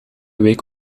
week